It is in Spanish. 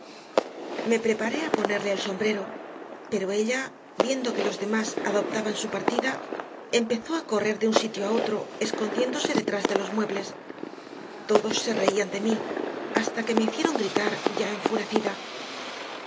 me preparé a ponerle el sombrero pero ella viendo que los demás adoptaban su partida empezó a correr de un sitio a otro escondiéndose detrás de los muebles todos se reían de mí hasta que me hicieron gritar ya enfurecida